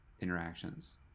interactions